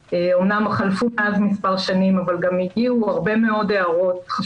אחרי שתורם השקיע הרבה מאוד --- מה זה מוגבל לעשר פעמים?